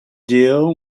deal